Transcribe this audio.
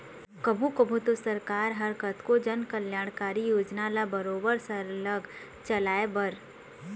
कभू कभू तो सरकार ह कतको जनकल्यानकारी योजना ल बरोबर सरलग चलाए बर